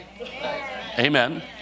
Amen